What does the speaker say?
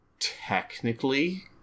Technically